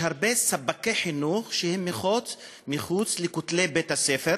יש הרבה ספקי חינוך שהם מחוץ לכותלי בית-הספר.